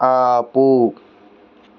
ఆపు